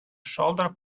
shudder